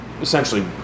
essentially